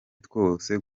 twose